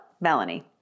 Melanie